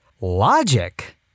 Logic